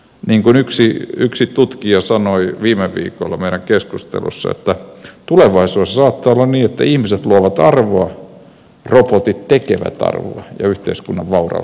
niin kuin yksi tutkija sanoi viime viikolla meidän keskustelussa että tulevaisuudessa saattaa olla niin että ihmiset luovat arvoa robotit tekevät arvoa ja yhteiskunnan vauraus lisääntyy